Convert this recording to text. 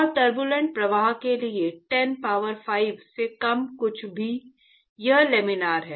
और टर्बूलेंट प्रवाह के लिए 10 पावर 5 से कम कुछ भी यह लैमिनार है